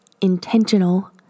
intentional